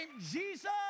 Jesus